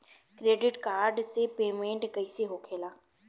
Credit card से payment कईसे होखेला?